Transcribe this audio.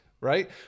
Right